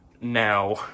now